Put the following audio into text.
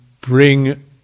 bring